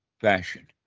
fashion